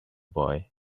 boy